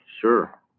sure